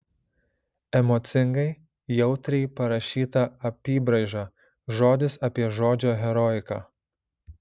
emocingai jautriai parašyta apybraiža žodis apie žodžio heroiką